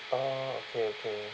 oh okay okay